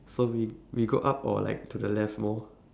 so we we go up or like to the left more